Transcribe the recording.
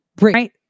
Right